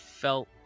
felt